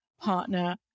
partner